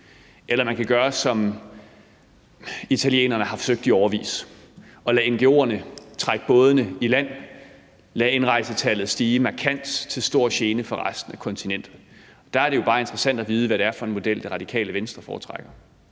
Eller man kan gøre, som italienerne har forsøgt i årevis, og lade ngo'erne trække bådene i land og lade indrejsetallet stige markant til stor gene for resten af kontinentet. Der er det jo bare interessant at vide, hvad det er for en model, Radikale Venstre foretrækker.